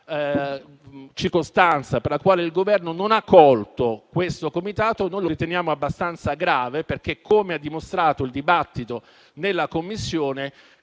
circostanza per la quale il Governo non ha accolto questo comitato noi la riteniamo abbastanza grave perché, come ha dimostrato il dibattito nella Commissione,